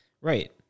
Right